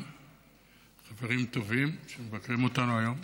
חברים טובים שמבקרים אותנו היום.